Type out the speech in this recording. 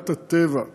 להגנת הטבע,